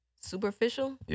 superficial